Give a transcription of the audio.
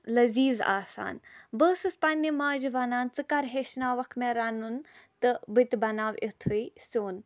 لٔزیٖز آسان بہٕ ٲسٕس پَنٕنہِ ماجہِ وَنان ژٕ کر ہٮ۪چھناوَکھ مےٚ رَنُن تہٕ بہٕ تہِ بَناوٕ اِتھُے سیُن